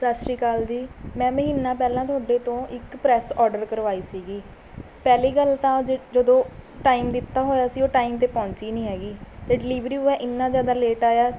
ਸਤਿ ਸ਼੍ਰੀ ਅਕਾਲ ਜੀ ਮੈਂ ਮਹੀਨਾ ਪਹਿਲਾਂ ਤੁਹਾਡੇ ਤੋਂ ਇੱਕ ਪ੍ਰੈੱਸ ਔਡਰ ਕਰਵਾਈ ਸੀਗੀ ਪਹਿਲੀ ਗੱਲ ਤਾਂ ਉਹ ਜਦੋਂ ਟਾਈਮ ਦਿੱਤਾ ਹੋਇਆ ਸੀ ਉਹ ਟਾਈਮ 'ਤੇ ਪਹੁੰਚੀ ਨਹੀਂ ਹੈਗੀ ਅਤੇ ਡਿਲੀਵਰੀ ਬੁਆਏ ਇੰਨਾਂ ਜ਼ਿਆਦਾ ਲੇਟ ਆਇਆ